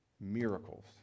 miracles